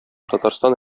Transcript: татарстан